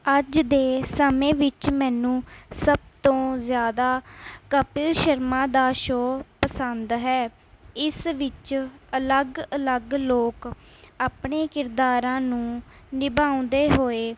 ਅੱਜ ਦੇ ਸਮੇਂ ਵਿੱਚ ਮੈਨੂੰ ਸਭ ਤੋਂ ਜ਼ਿਆਦਾ ਕਪਿਲ ਸ਼ਰਮਾ ਦਾ ਸ਼ੋ ਪਸੰਦ ਹੈ ਇਸ ਵਿੱਚ ਅਲੱਗ ਅਲੱਗ ਲੋਕ ਆਪਣੇ ਕਿਰਦਾਰਾਂ ਨੂੰ ਨਿਭਾਉਂਦੇ ਹੋਏ